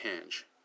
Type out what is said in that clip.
hinge